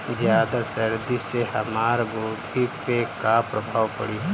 ज्यादा सर्दी से हमार गोभी पे का प्रभाव पड़ी?